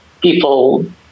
people